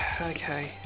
okay